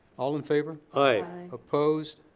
all in favor? aye. opposed.